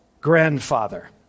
grandfather